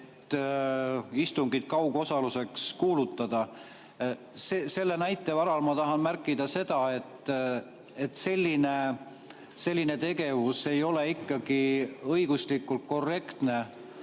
et istungit kaugosalusega [istungiks] kuulutada. Selle näite varal tahan ma märkida seda, et selline tegevus ei ole ikkagi õiguslikult korrektne,